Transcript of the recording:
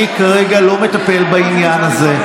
כרגע אני לא מטפל בעניין הזה.